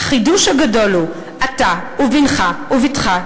החידוש הגדול הוא: "אתה ובנך ובתך,